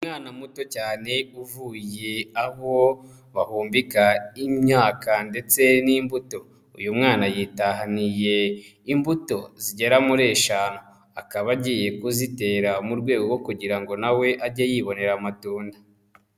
Umwana muto cyane uvuye aho bahumbika imyaka ndetse n'imbuto, uyu mwana yitahaniye imbuto zigera muri eshanu, akaba agiye kuzitera mu rwego rwo kugira ngo na we ajye yibonera amatunda.